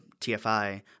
TFI